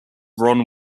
ron